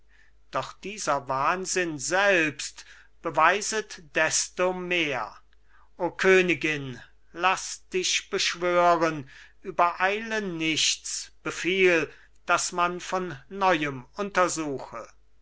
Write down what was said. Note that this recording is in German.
doch dieser wahnsinn selbst beweiset desto mehr o königin laß dich beschwören übereile nichts befiehl daß man von neuem untersuche